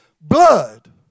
blood